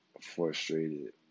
frustrated